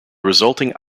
resulting